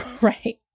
Right